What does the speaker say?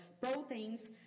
proteins